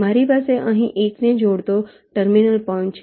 મારી પાસે અહીં 1 ને જોડતો ટર્મિનલ પોઈન્ટ છે